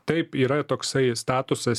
taip yra toksai statusas